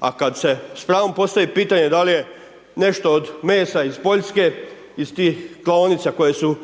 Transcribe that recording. a kad se s pravom postavi pitanje da li je nešto od mesa iz Poljske, iz tih klaonica koje su